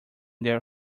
their